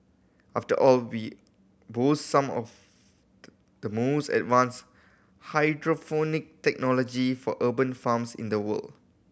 after all we boast some of the the most advanced hydroponic technology for urban farms in the world